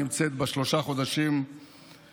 נמצאת בה בשלושת החודשים האחרונים.